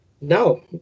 no